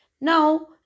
Now